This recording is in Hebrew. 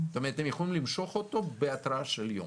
הם יכולים למשוך אותו בהתראה של יום.